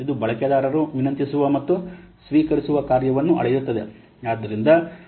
ಇದು ಬಳಕೆದಾರರು ವಿನಂತಿಸುವ ಮತ್ತು ಸ್ವೀಕರಿಸುವ ಕಾರ್ಯವನ್ನು ಅಳೆಯುತ್ತದೆ